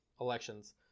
elections